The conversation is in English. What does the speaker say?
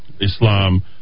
Islam